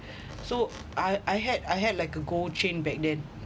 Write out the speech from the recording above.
so I I had I had like a gold chain back then